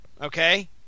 okay